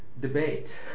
debate